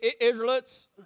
Israelites